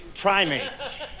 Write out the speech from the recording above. primates